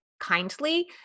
kindly